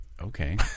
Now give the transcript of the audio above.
Okay